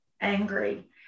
angry